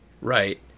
right